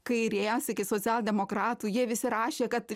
kairės iki socialdemokratų jie visi rašė kad